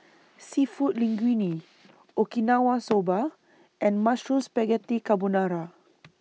Seafood Linguine Okinawa Soba and Mushroom Spaghetti Carbonara